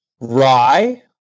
rye